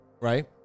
right